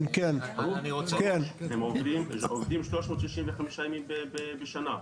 הם עובדים 365 ימים בשנה.